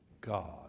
God